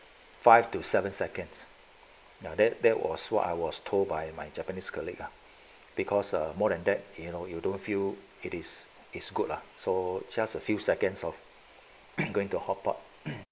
five to seven seconds now that that was what I was told by my japanese colleague ah because uh more than that you know you don't feel it is is good lah so just a few seconds of going to hotpot